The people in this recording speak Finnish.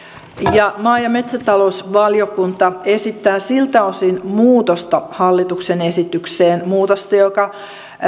ja maa ja metsätalousvaliokunta esittää siltä osalta muutosta hallituksen esitykseen muutosta joka